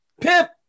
Pip